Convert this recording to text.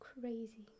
Crazy